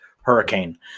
hurricane